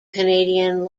canadian